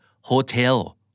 hotel